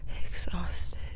exhausted